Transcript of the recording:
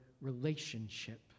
relationship